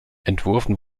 entworfen